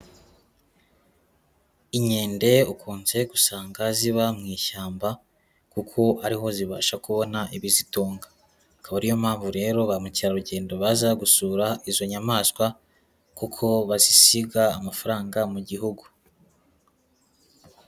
Inkende, ukunze gusanga ziba mu ishyamba kuko ari ho zibasha kubona ibizitunga. Akaba ariyo mpamvu rero ba mukerarugendo baza gusura izo nyamaswa, kuko bazisiga amafaranga mu gihugu.